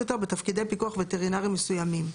יותר בתפקידי פיקוח וטרינרי מסוימים".